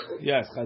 yes